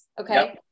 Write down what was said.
Okay